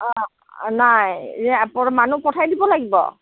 অঁ নাই মানুহ পঠাই দিব লাগিব